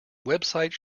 websites